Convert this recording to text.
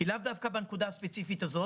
כי לאו דווקא בנקודה הספציפית הזאת,